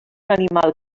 animal